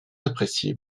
apprécié